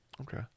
Okay